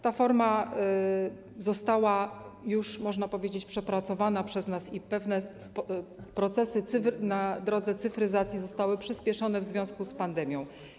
Ta forma została już, można powiedzieć, przepracowana i pewne procesy na drodze cyfryzacji zostały przyspieszone w związku z pandemią.